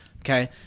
Okay